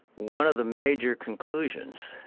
one of the major conclusions,